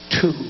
two